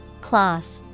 Cloth